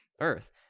Earth